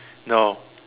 no